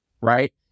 right